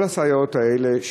כל הסייעות האלה,